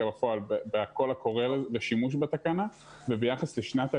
בפועל בשימוש בתקנה וביחס לשנת הלימודים,